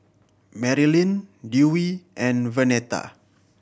Merilyn Dewey and Vernetta